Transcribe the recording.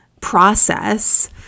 process